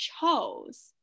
chose